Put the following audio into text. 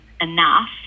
enough